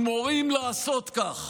ומורים לעשות כך,